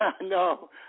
No